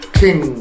king